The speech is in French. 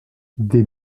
des